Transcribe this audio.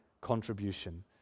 contribution